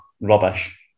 rubbish